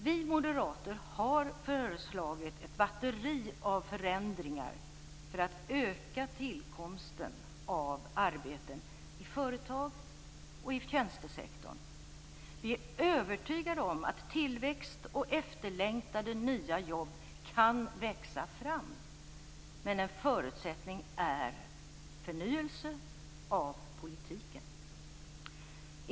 Vi moderater har föreslagit ett batteri av förändringar för att öka tillkomsten av arbeten i företag och i tjänstesektorn. Vi är övertygade om att tillväxt och efterlängtade nya jobb kan växa fram, men en förutsättning är förnyelse av politiken.